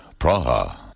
Praha